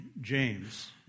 James